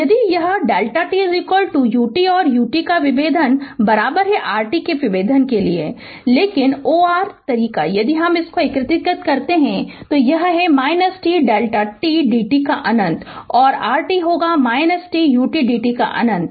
यदि यह Δ t ut और ut का विभेदन rt का विभेदन है लेकिन o r तरीका यदि हम इसको एकीकृत करना है तो यह है t Δ t d t का अनंत और rt होगा t ut d t का अनंत